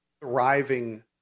thriving